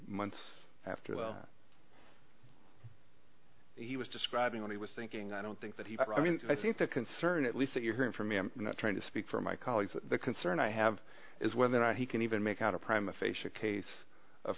months after well he was describing what he was thinking i don't think that he i mean i think the concern at least that you're hearing from me i'm not trying to speak for my colleagues the concern i have is whether or not he can even make out a prime a facia case of